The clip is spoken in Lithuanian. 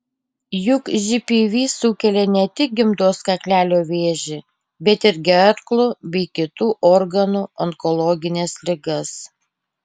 juk žpv sukelia ne tik gimdos kaklelio vėžį bet ir gerklų bei kitų organų onkologines ligas